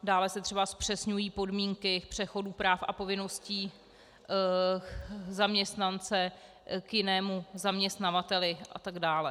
Dále se třeba zpřesňují podmínky přechodu práv a povinností zaměstnance k jinému zaměstnavateli atd.